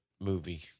movie